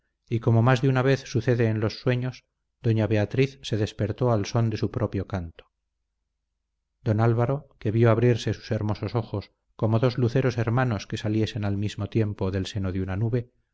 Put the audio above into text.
y como más de una vez sucede en los sueños doña beatriz se despertó al son de su propio canto don álvaro que vio abrirse sus hermosos ojos como dos luceros hermanos que saliesen al mismo tiempo del seno de una nube